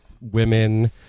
women